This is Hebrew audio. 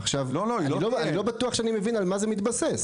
עכשיו, אני לא בטוח שאני מבין על מה זה מתבסס.